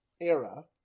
era